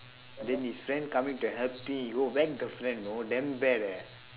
then his friend coming to help he go whack the friend you know damn bad eh